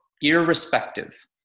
irrespective